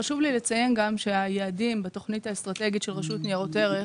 חשוב לי לציין שהיעדים בתוכנית האסטרטגית של רשות לניירות ערך